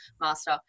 master